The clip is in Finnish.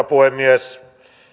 puhemies